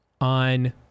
on